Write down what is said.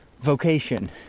vocation